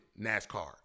NASCAR